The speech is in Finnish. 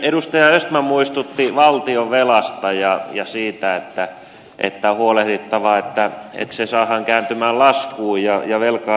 edustaja östman muistutti valtionvelasta ja siitä että on huolehdittava että se saadaan kääntymään laskuun ja että velkaa saadaan lyhennettyä